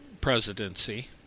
presidency